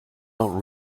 don’t